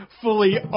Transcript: fully